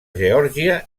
geòrgia